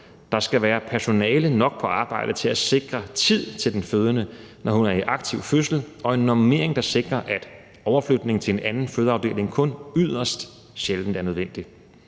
Der skal være personale nok på arbejde til at sikre tid til den fødende, når hun er i aktiv fødsel, og der skal være en normering, der sikrer, at overflytning til en anden fødeafdeling kun yderst sjældent er nødvendig.